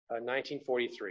1943